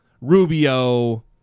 Rubio